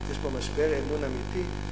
כלומר יש פה משבר אמון אמיתי,